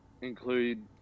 include